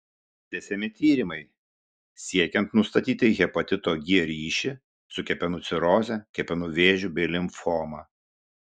tęsiami tyrimai siekiant nustatyti hepatito g ryšį su kepenų ciroze kepenų vėžiu bei limfoma